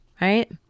right